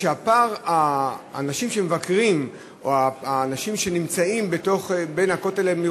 והפער בין מספר האנשים שמבקרים או שנמצאים בכותל לבין